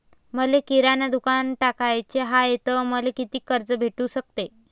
मले किराणा दुकानात टाकाचे हाय तर मले कितीक कर्ज भेटू सकते?